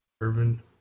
Urban